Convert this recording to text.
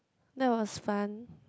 that was fun